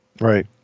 right